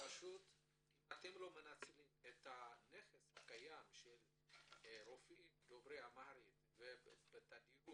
אם אתם לא מנצלים את הנכס הקיים של רופאים דוברי אמהרית ובתדירות,